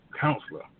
counselor